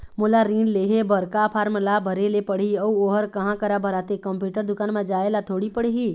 मोला ऋण लेहे बर का फार्म ला भरे ले पड़ही अऊ ओहर कहा करा भराथे, कंप्यूटर दुकान मा जाए ला थोड़ी पड़ही?